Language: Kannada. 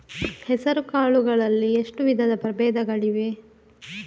ಹೆಸರುಕಾಳು ಗಳಲ್ಲಿ ಎಷ್ಟು ವಿಧದ ಪ್ರಬೇಧಗಳಿವೆ?